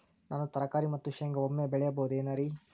ನಾನು ತರಕಾರಿ ಮತ್ತು ಶೇಂಗಾ ಒಮ್ಮೆ ಬೆಳಿ ಬಹುದೆನರಿ?